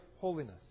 holiness